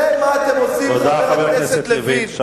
תראה מה אתם עושים, חבר הכנסת לוין.